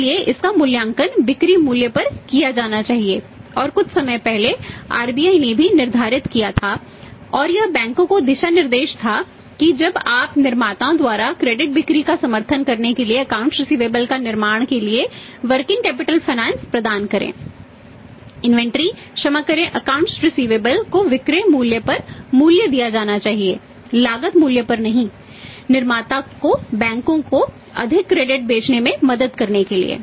इसलिए इसका मूल्यांकन बिक्री मूल्य पर किया जाना चाहिए और कुछ समय पहले आरबीआई बेचने में मदद करने के लिए